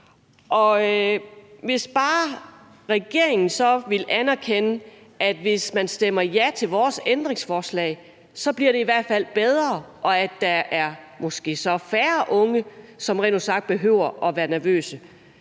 Hvis bare regeringen så vil anerkende, at hvis man stemmer ja til vores ændringsforslag, bliver det i hvert fald bedre, og så er der måske færre unge, som behøver at være nervøse.